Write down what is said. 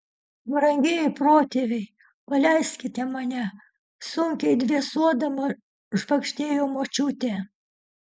brangieji protėviai paleiskite mane sunkiai dvėsuodama švagždėjo močiutė